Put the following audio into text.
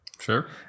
Sure